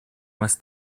más